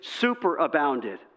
superabounded